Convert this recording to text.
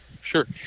sure